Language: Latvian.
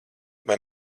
vai